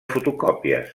fotocòpies